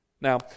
Now